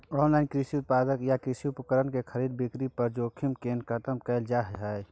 Online कृषि उत्पाद आ कृषि उपकरण के खरीद बिक्री पर जोखिम के केना खतम कैल जाए छै?